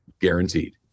guaranteed